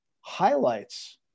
highlights